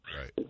right